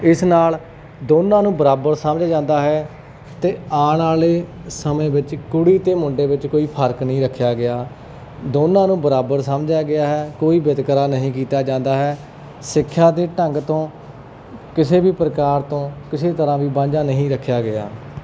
ਇਸ ਨਾਲ ਦੋਨਾਂ ਨੂੰ ਬਰਾਬਰ ਸਮਝਿਆ ਜਾਂਦਾ ਹੈ ਅਤੇ ਆਉਣ ਵਾਲੇ ਸਮੇਂ ਵਿੱਚ ਕੁੜੀ ਅਤੇ ਮੁੰਡੇ ਵਿੱਚ ਕੋਈ ਫਰਕ ਨਹੀਂ ਰੱਖਿਆ ਗਿਆ ਦੋਨਾਂ ਨੂੰ ਬਰਾਬਰ ਸਮਝਿਆ ਗਿਆ ਹੈ ਕੋਈ ਵਿਤਕਰਾ ਨਹੀਂ ਕੀਤਾ ਜਾਂਦਾ ਹੈ ਸਿੱਖਿਆ ਦੇ ਢੰਗ ਤੋਂ ਕਿਸੇ ਵੀ ਪ੍ਰਕਾਰ ਤੋਂ ਕਿਸੇ ਤਰ੍ਹਾਂ ਵੀ ਵਾਂਝਾ ਨਹੀਂ ਰੱਖਿਆ ਗਿਆ